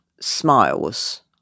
smiles